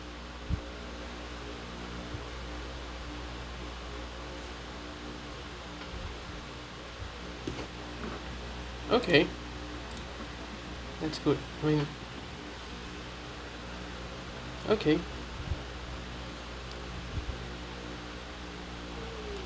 okay that's good going okay